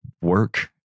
work